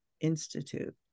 Institute